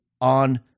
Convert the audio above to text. on